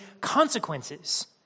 consequences